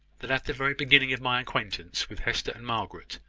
that, at the very beginning of my acquaintance with hester and margaret,